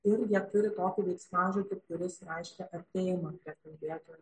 ir jie turi tokį veiksmažodį kuris reiškia artėjimą prie kalbėtojo